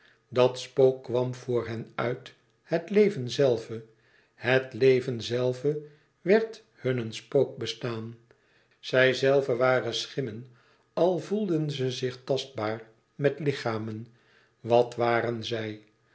dat spook kwam voor hen uit het leven zelve het leven zelve werd hun een spookbestaan zij zelve waren schimmen al voelden ze zich tastbaar met lichamen wat waren zij